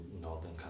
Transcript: northern